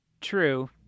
True